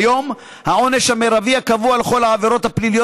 כיום העונש המרבי הקבוע בכל העבירות הפליליות